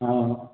ஆ